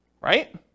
right